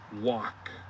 walk